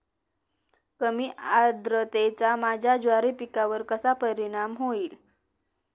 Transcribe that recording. कमी आर्द्रतेचा माझ्या ज्वारी पिकावर कसा परिणाम होईल?